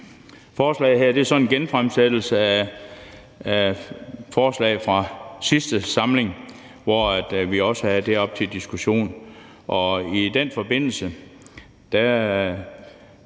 Forslaget her er en genfremsættelse af et forslag fra sidste samling, hvor vi også havde det oppe til diskussion.